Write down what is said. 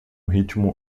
ritmo